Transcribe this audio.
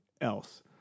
else